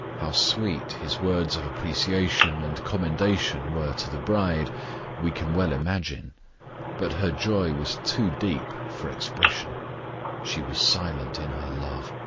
how sweet his words of appreciation and commendation were to the bride we can well imagine but her joy was too deep for expression she was silent in her love.